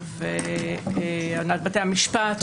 הנהלת בתי המשפט,